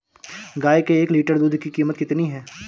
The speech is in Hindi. गाय के एक लीटर दूध की कीमत कितनी है?